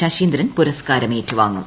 ശശീന്ദ്രൻ ്പുരസ്ക്കാരം ഏറ്റുവാങ്ങും